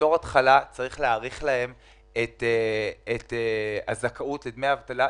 בתור התחלה צריך להאריך להם את הזכאות לדמי אבטלה,